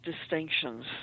distinctions